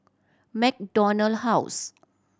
MacDonald House